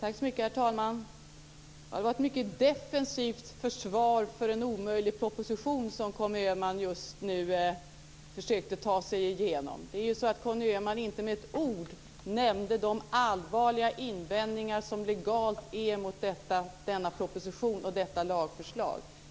Herr talman! Det var ett mycket defensivt försvar av en omöjlig proposition som Conny Öhman alldeles nyss försökte ta sig igenom. Men Conny Öhman nämnde inte med ett enda ord de allvarliga invändningar som legalt finns mot denna proposition och detta lagförslag.